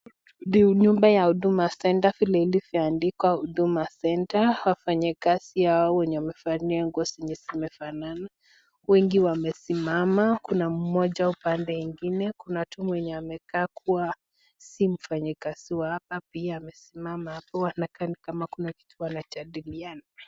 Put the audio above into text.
Hii ni nyumba ya huduma center kama vile ilivyoandikwa Huduma Center , wafanyakazi hao wenye wamevalia nguo zenye zimefanana, wengi wamesimama, kuna mmoja upande ingine na mmoja tu anaonekana nikama si mfanmyikazi wa hapa pia amesimama hapo inakaa nikama kuna kitu wanajadiliana.